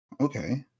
okay